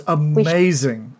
amazing